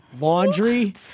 laundry